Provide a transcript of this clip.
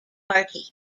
party